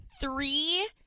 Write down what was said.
three